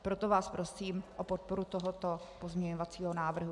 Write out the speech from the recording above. Proto vás prosím o podporu tohoto pozměňovacího návrhu.